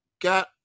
got